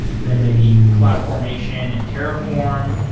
and then maybe cloud formation in terraform,